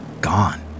gone